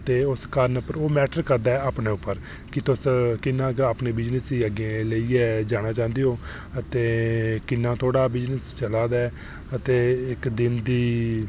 ते उस कारण ते ओह् मैटर करदा ऐ अपने उप्पर की तुस किन्ना गै अपने बिज़नेस गी लेइयै अग्गें जाना चाहंदे ओ ते किन्ना थुआढ़ा बिज़नेस चला दा ऐ ते इक्क दिन दी